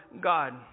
God